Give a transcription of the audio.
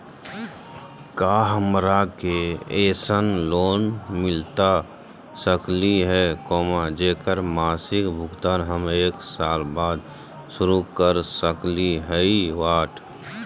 का हमरा के ऐसन लोन मिलता सकली है, जेकर मासिक भुगतान हम एक साल बाद शुरू कर सकली हई?